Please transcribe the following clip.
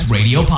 Radio